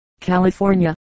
California